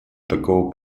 такого